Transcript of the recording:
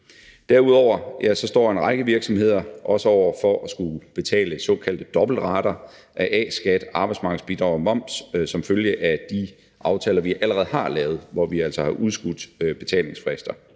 Derudover står en række virksomheder også over for at skulle betale såkaldte dobbeltrater af A-skat, arbejdsmarkedsbidrag og moms som følge af de aftaler, vi allerede har lavet, hvor vi altså har udskudt betalingsfrister.